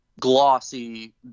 glossy